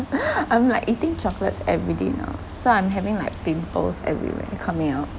I'm like eating chocolates every day now so I'm having like pimples everywhere coming out